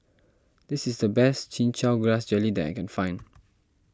this is the best Chin Chow Grass Jelly that I can find